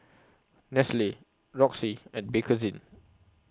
Nestle Roxy and Bakerzin